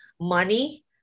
money